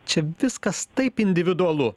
čia viskas taip individualu